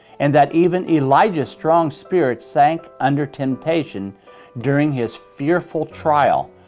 and that even elijah's strong spirit sank under temptation during his fearful trial.